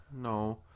No